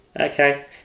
Okay